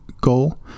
goal